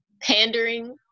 pandering